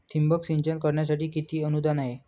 ठिबक सिंचन करण्यासाठी किती अनुदान आहे?